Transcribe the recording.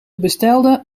bestelden